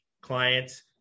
clients